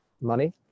money